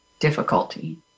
difficulty